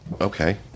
okay